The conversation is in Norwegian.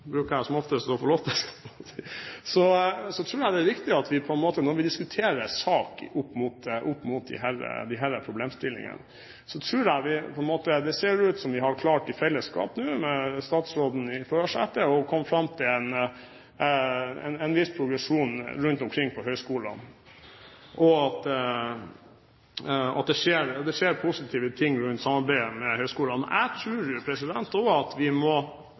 bruker jeg som oftest å få lov til: Når vi diskuterer sak opp mot disse problemstillingene, ser det ut som om vi i fellesskap har klart, med statsråden i førersetet, å komme fram til en viss progresjon rundt omkring på høyskolene. Det skjer positive ting rundt samarbeidet med høyskolene. Jeg tror også at vi må